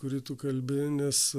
kurį tu kalbi nes